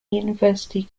university